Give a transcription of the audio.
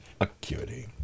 acuity